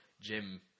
Jim